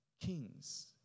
kings